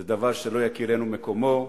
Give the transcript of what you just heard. זה דבר שלא יכירנו מקומו.